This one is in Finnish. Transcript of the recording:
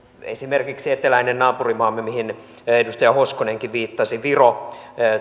esimerkiksi eteläinen naapurimaamme mihin edustaja hoskonenkin viittasi viro